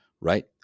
right